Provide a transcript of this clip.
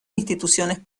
instituciones